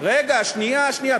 רגע, שנייה, שנייה.